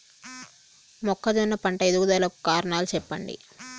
మొక్కజొన్న పంట ఎదుగుదల కు కారణాలు చెప్పండి?